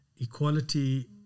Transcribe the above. equality